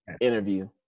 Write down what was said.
interview